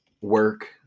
work